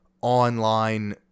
online